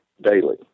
daily